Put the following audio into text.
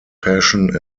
passion